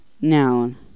Noun